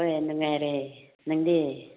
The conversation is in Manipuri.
ꯍꯣꯏ ꯅꯨꯡꯉꯥꯏꯔꯤ ꯅꯪꯗꯤ